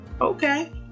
Okay